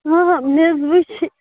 آ آ مےٚ حظ وُچھ